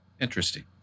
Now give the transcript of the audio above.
interesting